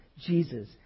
Jesus